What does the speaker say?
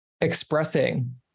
expressing